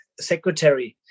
secretary